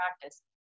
practice